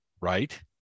right